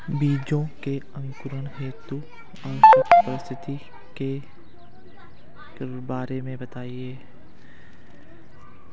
बीजों के अंकुरण हेतु आवश्यक परिस्थितियों के बारे में बताइए